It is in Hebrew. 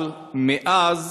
אבל מאז